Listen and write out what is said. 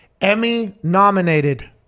Emmy-nominated